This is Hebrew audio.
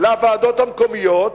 לוועדות המקומיות,